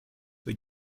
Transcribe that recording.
they